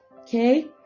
okay